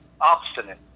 obstinate